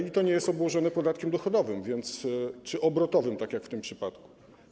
I to nie jest obłożone podatkiem dochodowym czy obrotowym, tak jak w tym przypadku.